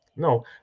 No